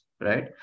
right